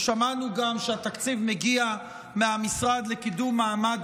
וגם שמענו שהתקציב מגיע מהמשרד לקידום מעמד